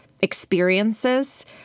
experiences